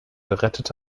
gerettet